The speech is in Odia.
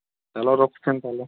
ରଖୁଛନ୍ତି ତାହାଲେ